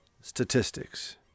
statistics